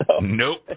Nope